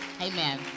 Amen